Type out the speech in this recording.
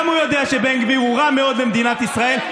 גם הוא יודע שבן גביר הוא רע מאוד למדינת ישראל.